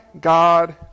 God